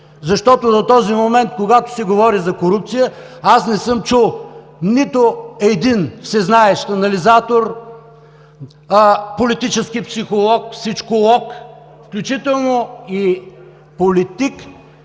защото до този момент, когато се говори за корупция, аз не съм чул нито един всезнаещ анализатор, политически психолог, всичколог, включително и политик,